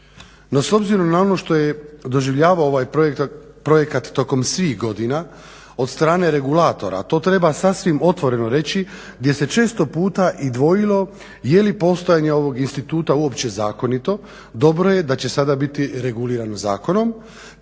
No s obzirom na ono što je doživljavao ovaj projekat tokom svih godina od strane regulatora, to treba sasvim otvoreno reći gdje se često puta i dvojilo je li postojanje ovog instituta uopće zakonito, dobro je da će sada biti regulirano zakonom